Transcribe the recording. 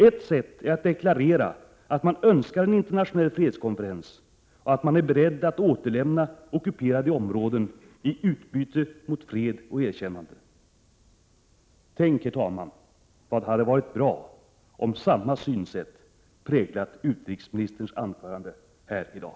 Ett sätt är att deklarera att man önskar en internationell fredskonferens och att man är beredd att återlämna ockuperade områden i utbyte mot fred och erkännande. Herr talman! Tänk, vad det hade varit bra om samma synsätt präglat utrikesministerns anförande här i dag!